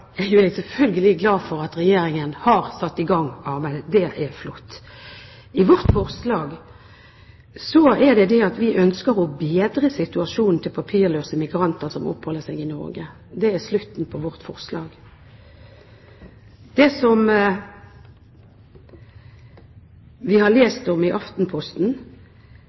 jeg selvfølgelig glad for at Regjeringen har satt i gang arbeidet. Det er flott. I vårt forslag ønsker vi å bedre situasjonen til papirløse migranter som oppholder seg i Norge. Det er slutten på vårt forslag. Det vi har lest om i Aftenposten,